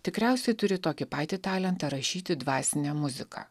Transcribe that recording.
tikriausiai turi tokį patį talentą rašyti dvasinę muziką